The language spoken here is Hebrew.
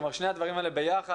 כלומר, שני הדברים האלה ביחד